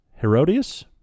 Herodias